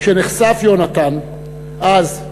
כשנחשף יהונתן אז,